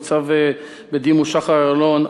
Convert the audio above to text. ניצב בדימוס שחר איילון,